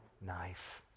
knife